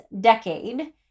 decade